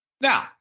Now